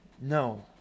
no